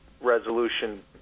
resolution